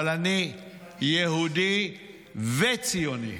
אבל אני יהודי וציוני.